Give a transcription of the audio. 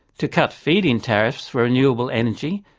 to cut feed-in tariffs for renewable energy,